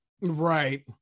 right